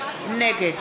נגד